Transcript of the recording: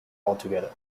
altogether